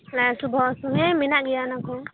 ᱞᱟᱡ ᱦᱟᱥᱩ ᱵᱚᱦᱚᱜ ᱦᱟᱥᱩ ᱦᱮᱸ ᱢᱮᱱᱟᱜ ᱜᱮᱭᱟ ᱚᱱᱟ ᱠᱚᱦᱚᱸ